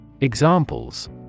Examples